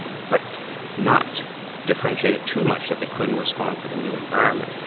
but not differentiated too much that they couldn't respond to the new environment.